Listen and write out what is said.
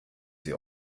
sie